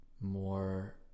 more